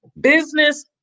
business